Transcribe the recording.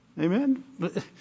Amen